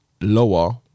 lower